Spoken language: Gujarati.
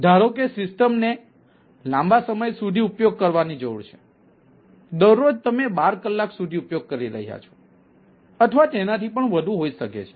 ધારો કે સિસ્ટમને લાંબા સમય સુધી ઉપયોગ કરવાની જરૂર છે દરરોજ તમે 12 કલાક સુધી ઉપયોગ કરી રહ્યા છો અથવા તેનાથી પણ વધુ હોઈ શકે છે